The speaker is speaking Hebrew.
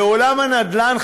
בעולם הנדל"ן,